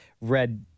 read